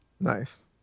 Nice